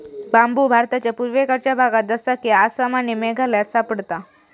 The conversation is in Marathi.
बांबु भारताच्या पुर्वेकडच्या भागात जसा कि आसाम आणि मेघालयात सापडता